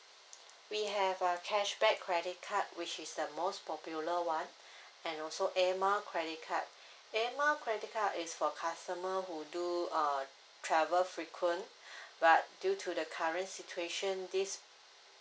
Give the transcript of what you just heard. we have a cashback credit card which is the most popular one and also air mile credit card air mile credit card is for customer who do err travel frequent but due to the current situation this